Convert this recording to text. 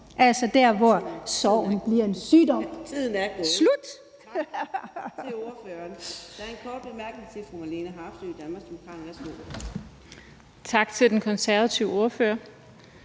altså der, hvor sorgen blive en sygdom. Kl.